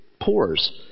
pores